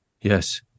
yes